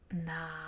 Nah